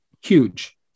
Huge